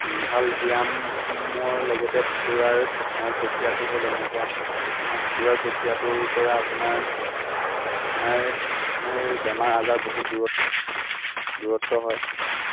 ভাল ব্যায়ামৰ লগতে সাঁতোৰাৰ প্ৰক্ৰিয়াটো হ'ল এনেকুৱা সাঁতোৰাৰ প্ৰক্ৰিয়াটোৰপৰা আপোনাৰ বেমাৰ আজাৰ বহুত দূৰত দূৰত্ব হয়